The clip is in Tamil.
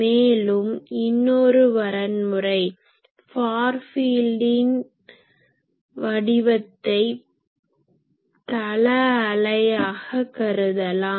மேலும் இன்னொரு வரன்முறை ஃபார் ஃபீல்டின் வடிவத்தை ப்ளேன் வேவ் plane wave தள அலை ஆக கருதலாம்